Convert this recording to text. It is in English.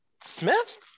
Smith